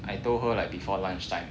I told her like before lunchtime